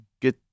get